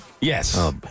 Yes